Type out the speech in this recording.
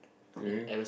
K